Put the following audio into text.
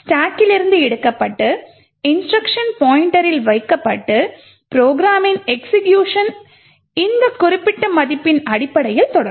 ஸ்டாக்கிலிருந்து எடுக்கப்பட்டு இன்ஸ்ட்ருக்ஷன் பாய்ண்ட்டரில் வைக்கப்பட்டு ப்ரோக்ராமின் எக்சிகியூஷன் இந்த குறிப்பிட்ட மதிப்பின் அடிப்படையில் தொடரும்